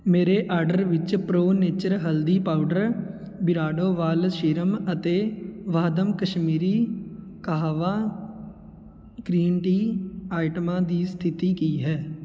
ਮੇਰੇ ਆਡਰ ਵਿੱਚ pro nature ਹਲਦੀ ਪਾਊਡਰ ਬਿਰਾਡੋ ਵਾਲ ਸ਼ੀਰਮ ਅਤੇ ਵਾਹਦਮ ਕਸ਼ਮੀਰੀ ਕਾਹਵਾ ਗ੍ਰੀਨ ਟੀ ਆਈਟਮਾਂ ਦੀ ਸਥਿਤੀ ਕੀ ਹੈ